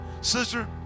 Sister